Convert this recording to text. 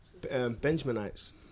Benjaminites